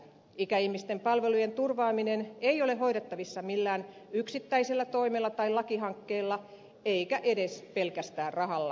ikäihmisten palvelujen turvaaminen ei ole hoidettavissa millään yksittäisellä toimella tai lakihankkeella eikä edes pelkästään rahalla